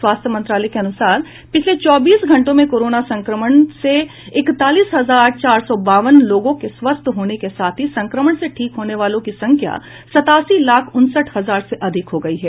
स्वास्थ्य मंत्रालय के अनुसार पिछले चौबीस घंटों में कोरोना संक्रमण से इकतालीस हजार चार सौ बावन लोगों के स्वस्थ होने के साथ ही संक्रमण से ठीक होने वालों की संख्या सतासी लाख उनसठ हजार से अधिक हो गयी है